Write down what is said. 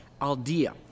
Aldea